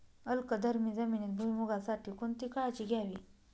अल्कधर्मी जमिनीत भुईमूगासाठी कोणती काळजी घ्यावी?